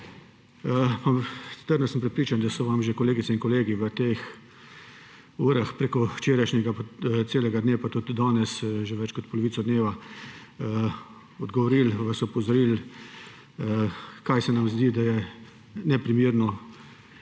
Trdno sem prepričan, da so vam že kolegice in kolegi v teh urah preko celega včerajšnjega dne pa tudi danes več kot polovico dneva odgovorili, vas opozorili, kaj se nam zdi, da je neprimerno,